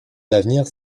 d’avenir